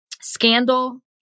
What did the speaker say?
scandal